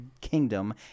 Kingdom